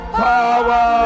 power